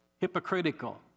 hypocritical